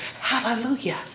Hallelujah